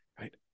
Right